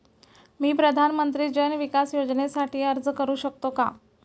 मी प्रधानमंत्री जन विकास योजनेसाठी अर्ज करू शकतो का?